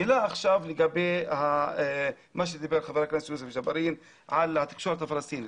מילה לגבי מה שדיבר חבר הכנסת יוסף ג'בארין על התקשורת הפלסטינית.